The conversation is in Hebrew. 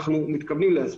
אנחנו מתכוונים להספיק.